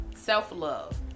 self-love